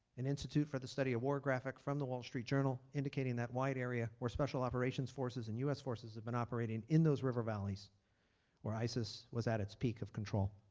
and institute for the study of war graphic from the wall street journal indicating that wide area where special operations forces and us forces have been operating in those river valleys where isis was at its peak of control.